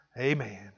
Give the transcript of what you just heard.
Amen